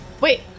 Wait